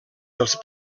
dels